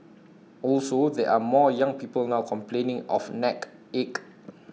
also there are more young people now complaining of neck ache